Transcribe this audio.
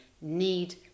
need